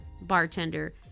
Bartender